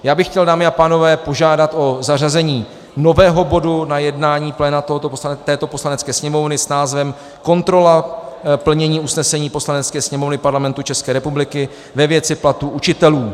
Já bych chtěl, dámy a pánové, požádat o zařazení nového bodu na jednání pléna této Poslanecké sněmovny s názvem Kontrola plnění usnesení Poslanecké sněmovny Parlamentu České republiky ve věci platů učitelů.